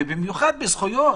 ובמיוחד בזכויות.